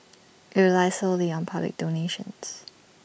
IT relies solely on public donations